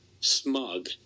smug